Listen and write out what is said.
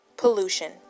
pollution